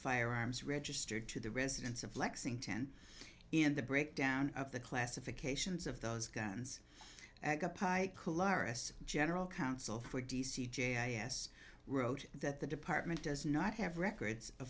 firearms registered to the residence of lexington in the breakdown of the classifications of those guns as general counsel for d c j i s wrote that the department does not have records